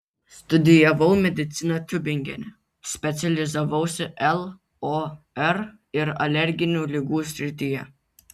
studijavau mediciną tiubingene specializavausi lor ir alerginių ligų srityje